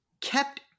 kept